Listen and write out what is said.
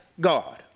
God